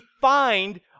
find